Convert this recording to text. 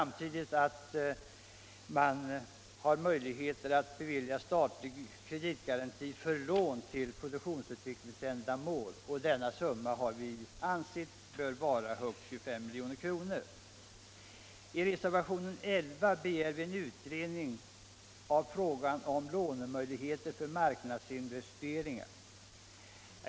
Vidare föreslår vi att statlig kreditgaranti skall kunna beviljas för lån till produktutvecklingsändamål, och anslaget till detta har vi ansett bör vara högst 25 milj.kr. I reservation nr 11 begär utskottets borgerliga ledamöter en utredning av frågan om lånemöjligheter för marknadsinvesteringar.